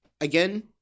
again